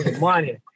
money